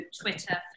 twitter